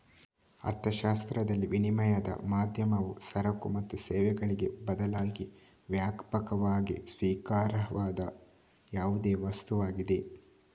ಅರ್ಥಶಾಸ್ತ್ರದಲ್ಲಿ, ವಿನಿಮಯದ ಮಾಧ್ಯಮವು ಸರಕು ಮತ್ತು ಸೇವೆಗಳಿಗೆ ಬದಲಾಗಿ ವ್ಯಾಪಕವಾಗಿ ಸ್ವೀಕಾರಾರ್ಹವಾದ ಯಾವುದೇ ವಸ್ತುವಾಗಿದೆ